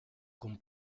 con